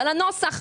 על הנוסח.